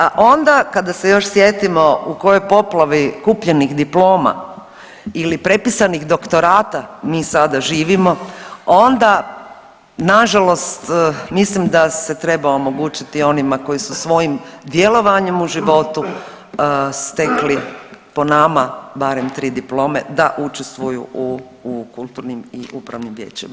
A onda kada se još sjetimo u kojoj poplavi kupljenih diploma ili prepisanih doktorata mi sada živimo onda na žalost mislim da se treba omogućiti onima koji su svojim djelovanjem u životu stekli po nama barem tri diplome da učestvuju u kulturnim i upravnim vijećima.